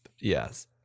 yes